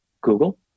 google